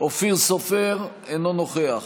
אופיר סופר, אינו נוכח